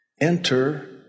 Enter